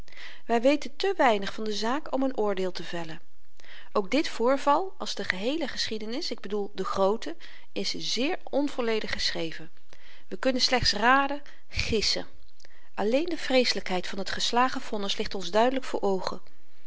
wy weten te weinig van de zaak om n oordeel te vellen ook dit voorval als de geheele geschiedenis ik bedoel de groote is zeer onvolledig geschreven we kunnen slechts raden gissen alleen de vreeselykheid van t geslagen vonnis ligt ons duidelyk voor oogen